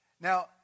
Now